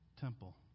temple